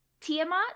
Tiamat